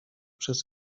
przez